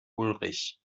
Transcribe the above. ulrich